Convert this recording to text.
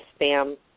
spam